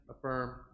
affirm